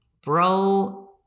bro